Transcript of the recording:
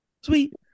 Sweet